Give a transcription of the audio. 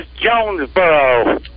Jonesboro